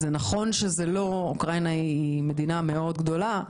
נכון שאוקראינה היא מדינה מאוד גדולה,